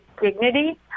dignity